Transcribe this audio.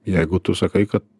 jeigu tu sakai kad